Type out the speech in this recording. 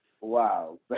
Wow